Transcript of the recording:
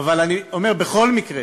אבל אני אומר, בכל מקרה